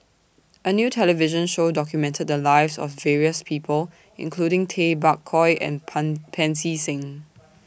A New television Show documented The Lives of various People including Tay Bak Koi and Pan Pancy Seng